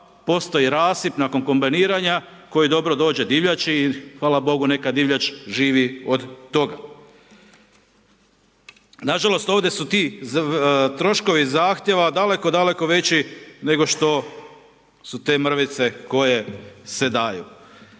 postoji rasip nakon kombajniranja, koji dobro dođe divljači, i hvala Bogu neka divljač živi od toga. Nažalost, ovdje su ti troškovi Zahtjeva daleko, daleko veći, nego što su te mrvice koje se daju.